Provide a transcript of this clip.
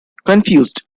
confused